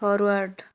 forward